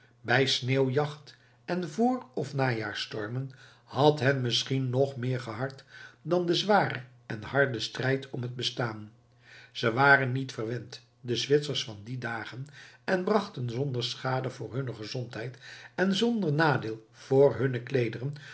bij sneeuwjacht en voor of najaarsstormen had hen misschien nog meer gehard dan de zware en harde strijd om het bestaan ze waren niet verwend de zwitsers van die dagen en brachten zonder schade voor hunne gezondheid en zonder nadeel voor hunne kleederen